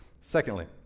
Secondly